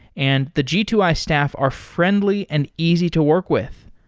and the g two i staff are friendly and easy to work with.